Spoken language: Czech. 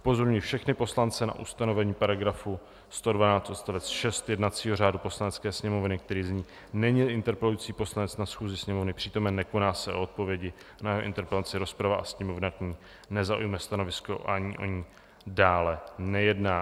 Upozorňuji všechny poslance na ustanovení § 112 odst. 6 jednacího řádu Poslanecké sněmovny, které zní: Neníli interpelující poslanec na schůzi Sněmovny přítomen, nekoná se o odpovědi na jeho interpelaci rozprava a Sněmovna k ní nezaujme stanovisko ani o ní dále nejedná.